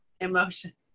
emotion